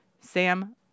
Sam